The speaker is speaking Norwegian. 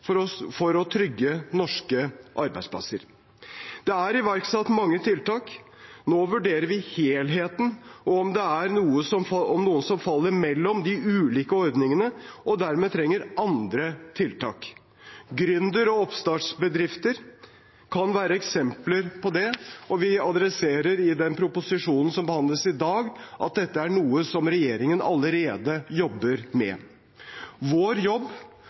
for å trygge norske arbeidsplasser. Det er iverksatt mange tiltak. Nå vurderer vi helheten og om det er noen som faller mellom de ulike ordningene og dermed trenger andre tiltak. Gründer- og oppstartsbedrifter kan være eksempler på det, og vi adresserer i den proposisjonen som behandles i dag, at dette er noe regjeringen allerede jobber med. Vår jobb,